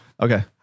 Okay